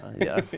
Yes